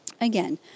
again